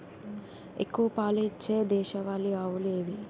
ఎక్కువ పాలు ఇచ్చే దేశవాళీ ఆవులు ఏవి?